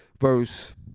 verse